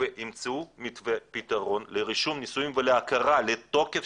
וימצאו מתווה פתרון לרישום נישואים ולהכרה בתוקף